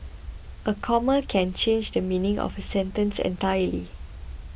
a comma can change the meaning of a sentence entirely